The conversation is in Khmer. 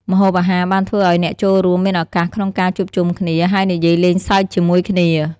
ម្ហូបអាហារបានធ្វើឲ្យអ្នកចូលរួមមានឱកាសក្នុងការជួបជុំគ្នាហើយនិយាយលេងសើចជាមួយគ្នា។